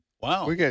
Wow